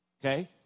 Okay